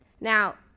Now